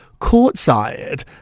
courtside